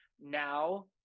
now